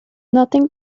nothing